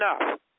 enough